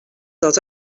dels